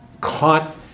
caught